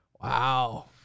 Wow